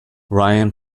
ryan